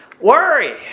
worry